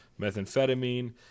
methamphetamine